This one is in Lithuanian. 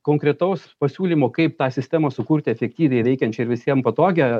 konkretaus pasiūlymo kaip tą sistemą sukurti efektyviai veikiančią ir visiem patogią